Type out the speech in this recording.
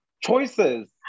choices